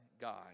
God